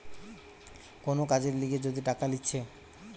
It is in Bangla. কোন কাজের লিগে যদি টাকা লিছে